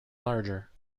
larger